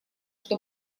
что